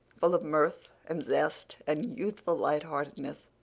full of mirth and zest and youthful lightheartedness.